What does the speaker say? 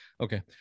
Okay